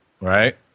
right